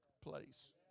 place